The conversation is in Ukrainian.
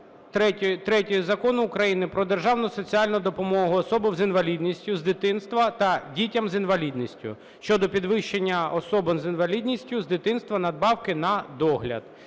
3 Закону України "Про державну соціальну допомогу особам з інвалідністю з дитинства та дітям з інвалідністю" щодо підвищення особам з інвалідністю з дитинства надбавки на догляд